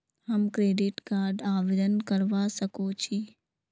हम credit card आवेदन करवा संकोची?